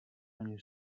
ani